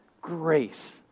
grace